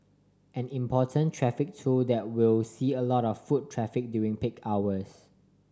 an important traffic tool that will see a lot of foot traffic during peak hours